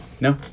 No